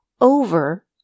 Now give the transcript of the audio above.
over